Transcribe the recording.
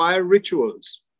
rituals